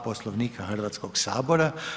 Poslovnika Hrvatskog sabora.